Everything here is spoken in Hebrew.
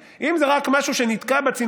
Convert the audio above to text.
אז בשביל מה צריך את ועדת הכספים?